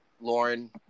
Lauren